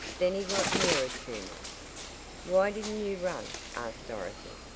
then he got nearer to me why didn't you run? asked dorothy.